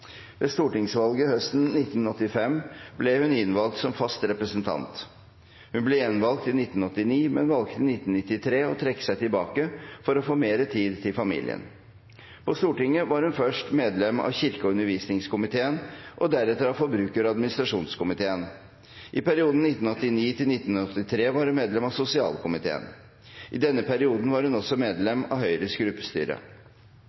Ved stortingsvalget høsten 1985 ble hun innvalgt som fast representant. Hun ble gjenvalgt i 1989, men valgte i 1993 å trekke seg tilbake for å få mer tid til familien. På Stortinget var hun først medlem av kirke- og undervisningskomiteen og deretter av forbruker- og administrasjonskomiteen. I perioden 1989–1993 var hun medlem av sosialkomiteen. I denne perioden var hun også